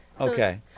Okay